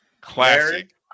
classic